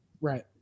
right